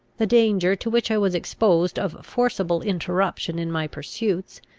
the danger to which i was exposed of forcible interruption in my pursuits,